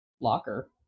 locker